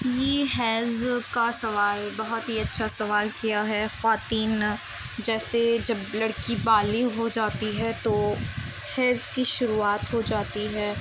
یہ حیض کا سوال بہت ہی اچھا سوال کیا ہے خواتین جیسے جب لڑکی بالغ ہو جاتی ہے تو حیض کی شروعات ہو جاتی ہے